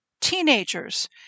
Teenagers